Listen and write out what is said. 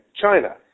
china